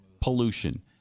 pollution